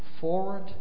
Forward